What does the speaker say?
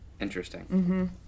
Interesting